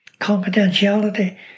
confidentiality